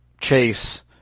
Chase